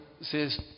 says